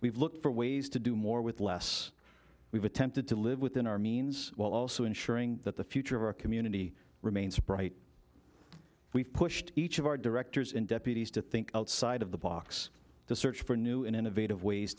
we've looked for ways to do more with less we've attempted to live within our means while also ensuring that the future of our community remains bright we've pushed each of our directors and deputies to think outside of the box to search for new and innovative ways